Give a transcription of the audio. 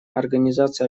организации